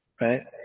right